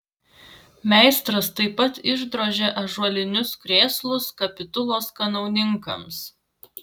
meistras taip pat išdrožė ąžuolinius krėslus kapitulos kanauninkams